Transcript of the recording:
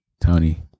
Tony